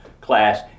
class